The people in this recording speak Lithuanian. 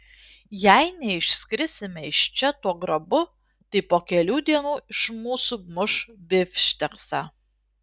jei neišskrisime iš čia tuo grabu tai po kelių dienų iš mūsų muš bifšteksą